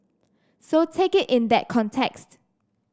so take it in that context